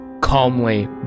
calmly